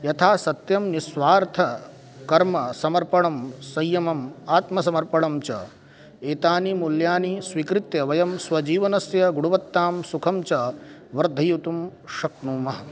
यथा सत्यं निस्वार्थकर्मसमर्पणं संयमः आत्मसमर्पणं च एतानि मूल्यानि स्वीकृत्य वयं स्वजीवनस्य गुणवत्तां सुखं च वर्धयितुं शक्नुमः